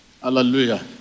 hallelujah